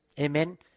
Amen